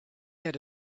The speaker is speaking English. had